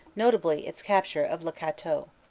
notably its capture of le cateau.